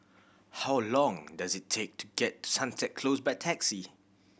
how long does it take to get Sunset Close by taxi